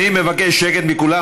אני מבקש שקט מכולם,